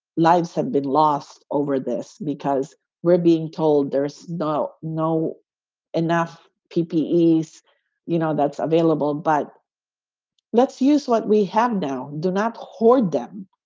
lives have been lost over this because we're being told there's no no enough ppe, you you know, that's available. but let's use what we have now. do not hoard them.